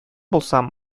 булсам